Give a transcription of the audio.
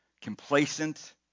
Complacent